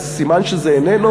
זה סימן שזה איננו?